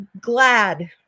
glad